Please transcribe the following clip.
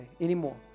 anymore